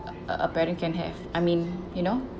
a a a parent can have I mean you know